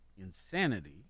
insanity